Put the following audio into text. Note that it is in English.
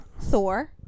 Thor